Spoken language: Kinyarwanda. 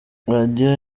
radiyo